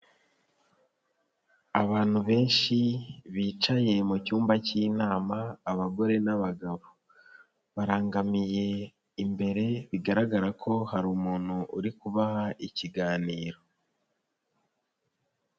Abantu benshi bicaye mu cyumba k'inama abagore n'abagabo, barangamiye imbere bigaragara ko hari umuntu uri kubaha ikiganiro.